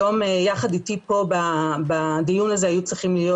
היום יחד איתי פה בדיון הזה היו צריכים להיות